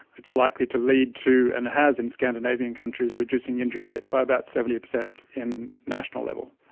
it's likely to lead to and has in scandinavian countries reducing injury rates by about seventy percent in national level.